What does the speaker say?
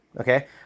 okay